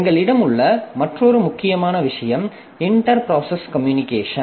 எங்களிடம் உள்ள மற்றொரு முக்கியமான விஷயம் இன்டெர் ப்ராசஸ் கம்யூனிகேஷன்